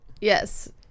Yes